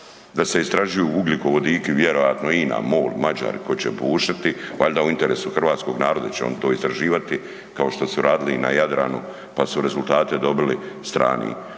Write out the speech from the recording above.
da se istražuju ugljikovodiki vjerojatno INA MOL, Mađari koji će bušiti, valjda u interesu hrvatskog naroda će oni to istraživati, kao što su radili na Jadranu pa su rezultate dobili strani ovaj